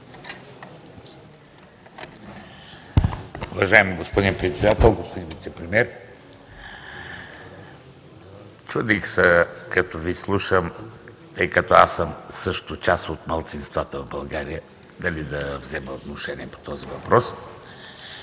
Уважаеми господин Председател, господин Вицепремиер! Чудех се, като Ви слушам, тъй като аз също съм част от малцинствата в България, дали да взема отношение по този въпрос.